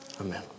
Amen